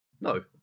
No